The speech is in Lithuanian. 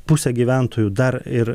pusę gyventojų dar ir